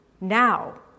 now